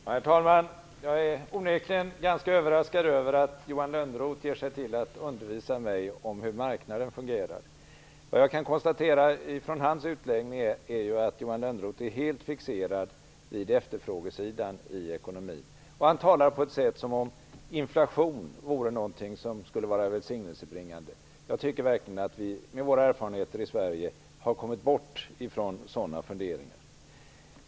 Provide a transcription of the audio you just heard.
Herr talman! Jag är onekligen ganska överraskad av att Johan Lönnroth ger sig till att undervisa mig i hur marknaden fungerar. Jag kan konstatera att Johan Lönnroth är helt fixerad vid efterfrågesidan i ekonomin. Han talar som om inflation vore något välsignelsebringande. Jag tycker verkligen att vi med vår erfarenheter i Sverige har kommit bort från sådana funderingar.